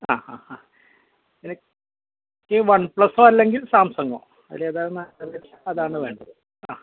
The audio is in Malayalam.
ആ ആ ആ എനിക്ക് വൺ പ്ലസോ അല്ലെങ്കിൽ സാംസങ്ങോ അതിലേതാണ് നല്ലത് അതാണുവേണ്ടത് ആ